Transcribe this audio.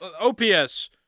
OPS